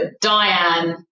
Diane